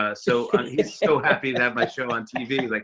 ah so he's so happy to have my show on tv. like